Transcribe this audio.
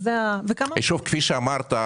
כפי שאמרת,